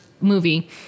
movie